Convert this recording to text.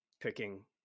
picking